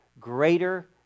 greater